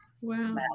Wow